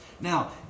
Now